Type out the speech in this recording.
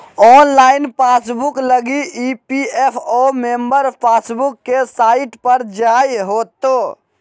online passbook लगी EPFO member passbook के site पर जाय होतो